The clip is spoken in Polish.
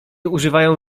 używają